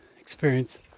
experience